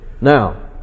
Now